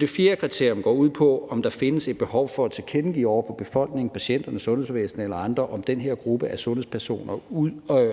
Det fjerde kriterium går ud på, om der findes et behov for at tilkendegive over for befolkningen, patienterne, sundhedsvæsenet eller andre, om den her gruppe af sundhedspersoner